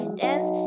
dance